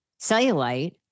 cellulite